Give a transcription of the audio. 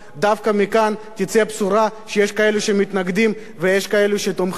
דווקא מכאן תצא בשורה שיש כאלה שמתנגדים ויש כאלה שתומכים.